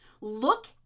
Look